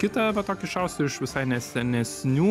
kitą va tokį šausiu iš visai ne senesnių